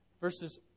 verses